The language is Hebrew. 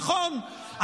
נכון,